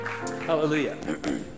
Hallelujah